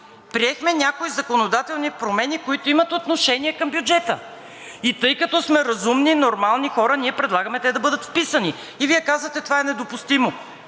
Приехме някои законодателни промени, които имат отношение към бюджета, и тъй като сме разумни, нормални хора, ние предлагаме те да бъдат вписани и Вие казвате това е недопустимо.